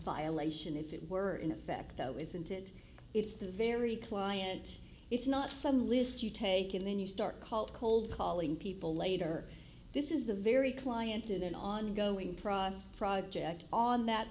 violation if it were in effect though isn't it it's the very client it's not some list you take and then you start call cold calling people later this is the very client did an ongoing process project on that